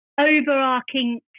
overarching